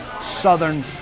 southern